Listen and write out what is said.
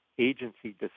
agency